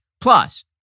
Plus